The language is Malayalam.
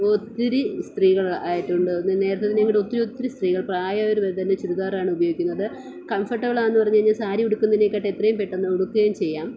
ഒത്തിരി സ്ത്രീകൾ ആയിട്ടുണ്ട് ഒന്ന് നേരത്തേതിനെക്കാളും ഒത്തിരി ഒത്തിരി സ്ത്രീകൾ പ്രായായവർ വരെ തന്നെ ചുരിദാറാണ് ഉപയോഗിക്കുന്നത് കംഫർട്ടബിളാണെന്ന് പറഞ്ഞു കഴിഞ്ഞാൽ സാരി ഉടുക്കുന്നതിനെക്കാളും എത്രയും പെട്ടെന്ന് ഉടുക്കുകയും ചെയ്യാം